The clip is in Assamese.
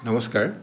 নমস্কাৰ